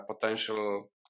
potential